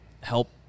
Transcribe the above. help